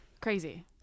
crazy